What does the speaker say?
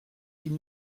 ils